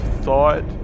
thought